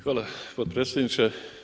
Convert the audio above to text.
Hvala potpredsjedniče.